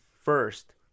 first